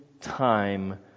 time